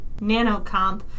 Nanocomp